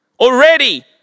already